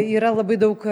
yra labai daug